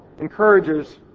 encourages